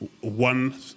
one